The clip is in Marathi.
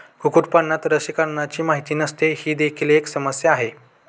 कुक्कुटपालनात लसीकरणाची माहिती नसणे ही देखील एक समस्या आहे